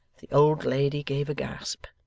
the old lady gave a gasp,